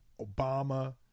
Obama